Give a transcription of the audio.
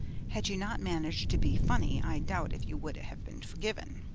had you not managed to be funny i doubt if you would have been forgiven.